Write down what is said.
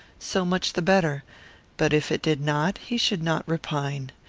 so much the better but, if it did not, he should not repine.